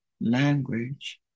language